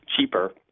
cheaper